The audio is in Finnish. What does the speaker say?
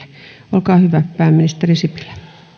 olkaa hyvä pääministeri sipilä